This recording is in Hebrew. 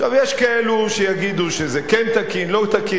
עכשיו, יש כאלו שיגידו שזה כן תקין, לא תקין.